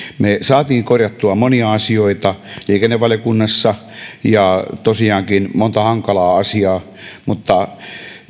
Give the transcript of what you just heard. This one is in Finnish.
me saimme korjattua monia asioita liikennevaliokunnassa tosiaankin monta hankalaa asiaa mutta